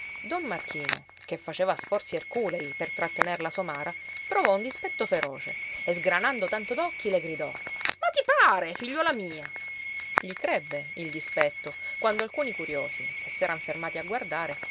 don marchino che faceva sforzi erculei per trattener la somara provò un dispetto feroce e sgranando tanto d'occhi le gridò ma ti pare figliuola mia gli crebbe il dispetto quando alcuni curiosi che s'eran fermati a guardare